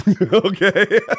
Okay